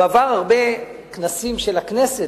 הוא עבר הרבה כנסים של הכנסת,